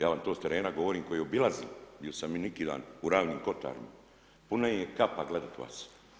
Ja vam to s terena govorim koji obilazim, bio sam i neki dan u Ravnim kotarima, puna im je kapa gledat vas.